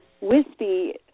wispy